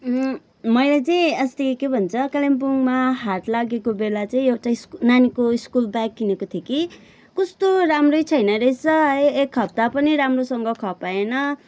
मैले चाहिँ अस्ति के भन्छ कालिम्पोङमा हाट लागेको बेला चाहिँ एउटा स्कु नानीको स्कुल ब्याग किनेको थिएँ कि कस्तो राम्रै छैन रहेछ है एक हप्ता पनि राम्रोसँग खपाएन